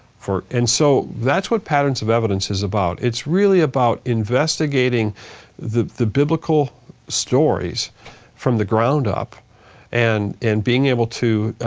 and so that's what patterns of evidence is about. it's really about investigating the the biblical stories from the ground up and and being able to